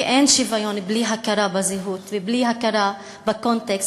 כי אין שוויון בלי הכרה בזהות ובלי הכרה בקונטקסט,